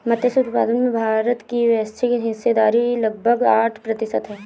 मत्स्य उत्पादन में भारत की वैश्विक हिस्सेदारी लगभग आठ प्रतिशत है